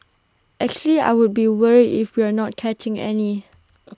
actually I would be worried if we're not catching any